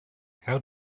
how